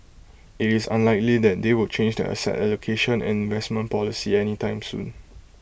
IT is unlikely that they will change their asset allocation and investment policy any time soon